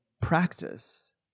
practice